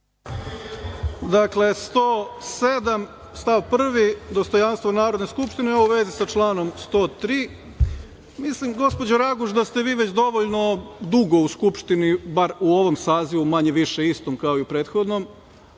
Dakle, 107. stav 1, dostojanstvo Narodne skupštine, a u vezi sa članom 103.Mislim, gospođo Raguš, da ste vi već dovoljno dugo u Skupštini, bar u ovom sazivu, manje-više istom kao i u prethodnom,